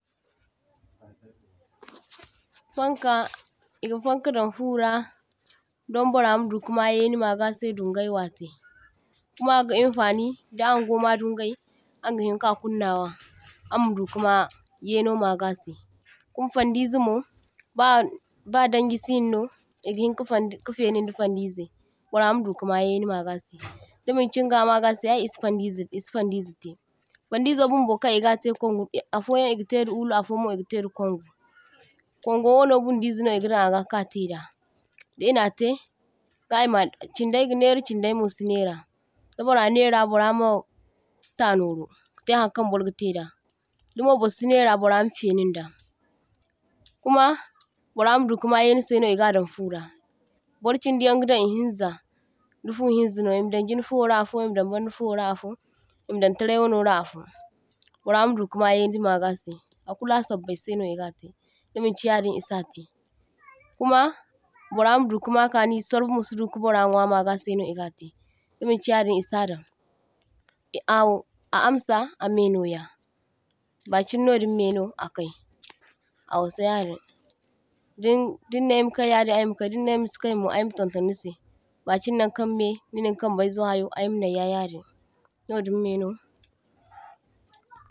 toh – toh Fanka e’ga faŋkadaŋ fura daŋ burra madu kama yaine magasai dungai watai, kuma aga infani da angoma dungai angahinka kunna wa amma dukama yaino magasai, kuma fandizamo ba ba dangi sinano e’gahinka faŋdu ka fainin da faŋdizai, burra ma dukama yaini magasai dimanchin ga a magasai ay i’si faŋdizai e’si faŋdizaitai. Faŋdizo bunbo kan i’gatai ko a’foyaŋ i’gatai da ulu a’fo yaŋmo i’gatai da kwaŋgu, kwaŋgo wano bundizai no i’gadaŋ aga katai da da e’natai ga e’ma chindai ganaira chindai mosi naira, da burra naira burra ma ta noro katai haŋkaŋ burga taida, damo bursi naira burra ma fainin da kuma burra madu kama yainisai no e’gadaŋ fura. Burchindi yaŋ gadaŋ i’hinza da fu hinzano i’madaŋ jinai fura a’fo i’madaŋ baŋda fuwora a’fo i’madaŋ tarai wanora a’fo burra madu kama yaini magasai akulu a sambaisaino i’gatai dimaŋchi yadin i’sa tai. Kuma burra madu kama kani surbo masudo ka burra nwa magasai i’gatai dimaŋchi yadin i’sa daŋ a ho a’hamsa a’mainoya, bakin nodinno a’kai a’wasa yadin din dinnai ay makai yadin ay makai dinnai ay masikaimo ay ma tonton nisai bakinnaŋ kaŋ mai ninin kambaizo hayo aymanaŋ ya yadin no dinmaino.